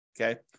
Okay